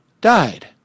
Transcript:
died